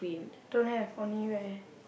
don't have only wear